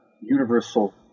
universal